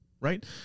Right